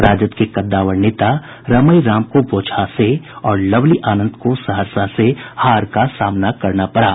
राजद के कद्दावर नेता रमई राम को बोंचहा से और लवली आनंद को सहरसा से हार का सामना करना पड़ा